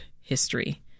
history